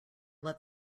let